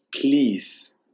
Please